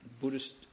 Buddhist